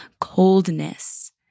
coldness